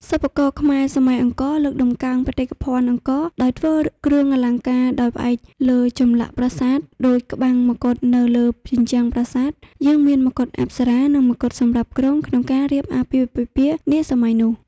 សិប្បករខ្មែរសម័យអង្គរលើកតម្កើងបេតិកភណ្ឌអង្គរដោយធ្វើគ្រឿងអលង្ការដោយផ្អែកលើចម្លាក់ប្រាសាទដូចក្បាំងមកុដនៅលើជញ្ជ្រាំប្រាសាទយើងមានមកុដអប្សរា និងមកុដសម្រាប់គ្រងក្នុងការរៀបអាពាហ៍ពិពាហ៍នាសម័យនោះ